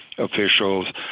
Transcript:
officials